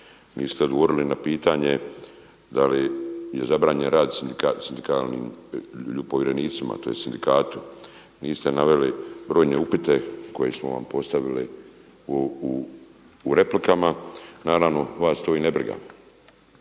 Niste odgovorili na pitanje da li je zabranjen rad sindikalnim povjerenicima, tj. sindikatu, niste naveli brojne upite koje smo vam postavili u replikama. Naravno vas to i ne briga.